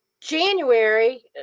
January